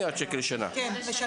לשנה.